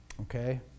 Okay